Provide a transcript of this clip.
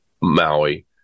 Maui